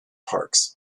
parks